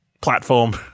platform